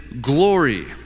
glory